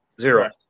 Zero